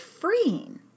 freeing